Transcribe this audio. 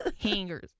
Hangers